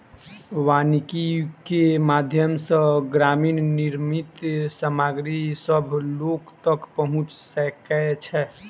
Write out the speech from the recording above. वानिकी के माध्यम सॅ ग्रामीण निर्मित सामग्री सभ लोक तक पहुँच सकै छै